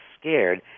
scared